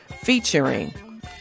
featuring